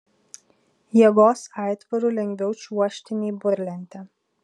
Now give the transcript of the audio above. jėgos aitvaru lengviau čiuožti nei burlente